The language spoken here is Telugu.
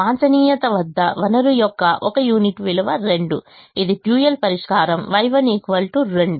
వాంఛనీయ త వద్ద వనరు యొక్క ఒక యూనిట్ విలువ 2 ఇది డ్యూయల్ పరిష్కారం Y1 2